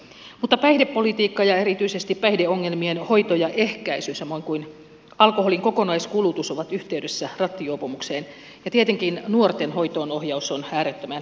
mutta päihdepolitiikka ja erityisesti päihdeongelmien hoito ja ehkäisy samoin kuin alkoholin kokonaiskulutus ovat yhteydessä rattijuopumukseen ja tietenkin nuorten hoitoonohjaus on äärettömän tärkeätä